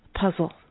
puzzle